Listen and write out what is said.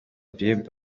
bieber